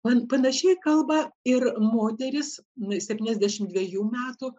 man panašiai kalba ir moteris septyniasdešimt dvejų metų